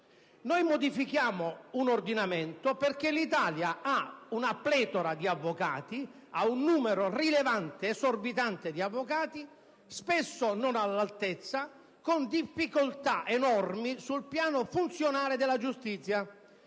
Noi modifichiamo l'ordinamento forense perché l'Italia ha una pletora di avvocati, un numero rilevante ed esorbitante di avvocati, spesso non all'altezza e con difficoltà enormi sul piano funzionale della giustizia.